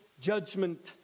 judgment